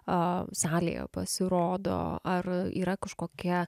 a salėje pasirodo ar yra kažkokia